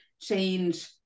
change